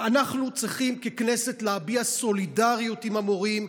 אנחנו צריכים ככנסת להביע סולידריות עם המורים,